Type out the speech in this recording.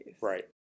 Right